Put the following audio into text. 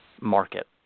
market